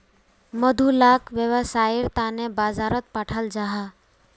मधु लाक वैव्सायेर तने बाजारोत पठाल जाहा